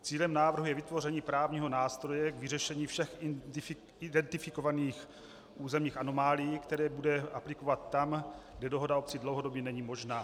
Cílem návrhu je vytvoření právního nástroje k vyřešení všech identifikovaných územních anomálií, které lze aplikovat tam, kde dohoda obcí dlouhodobě není možná.